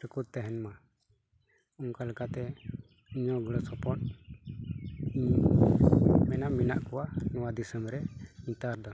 ᱨᱮᱠᱚ ᱛᱟᱦᱮᱱ ᱢᱟ ᱚᱱᱠᱟ ᱞᱮᱠᱟᱛᱮ ᱤᱧᱟᱹᱜ ᱜᱚᱲᱚᱥᱚᱯᱚᱦᱚᱫ ᱤᱧ ᱢᱮᱱᱟ ᱢᱮᱱᱟᱜ ᱠᱚᱣᱟ ᱱᱚᱣᱟ ᱫᱤᱥᱚᱢ ᱨᱮ ᱱᱮᱛᱟᱨ ᱫᱚ